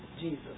Jesus